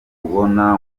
kubona